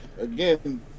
Again